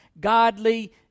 godly